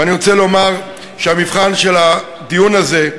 ואני רוצה לומר שהמבחן של הדיון הזה,